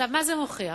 מה זה מוכיח?